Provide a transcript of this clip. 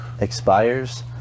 expires